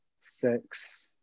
six